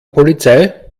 polizei